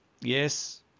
Yes